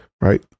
right